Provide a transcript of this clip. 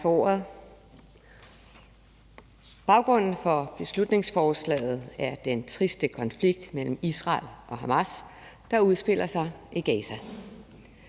Baggrunden for beslutningsforslaget er den triste konflikt mellem Israel og Hamas, der udspiller sig i Gaza.